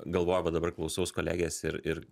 galvoju va dabar klausaus kolegės ir ir